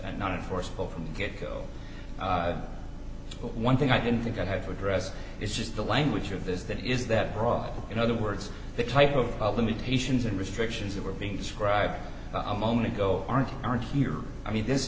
just not enforceable from the get go but one thing i didn't think i'd have addressed is just the language of this that is that brought in other words the type of limitations and restrictions that were being described a moment ago aren't aren't here i mean this